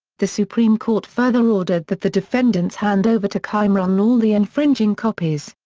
the supreme court further ordered that the defendants hand over to qimron all the infringing copies.